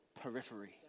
periphery